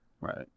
Right